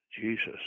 Jesus